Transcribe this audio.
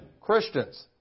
Christians